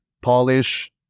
polish